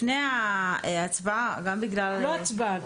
לחוק העונשין.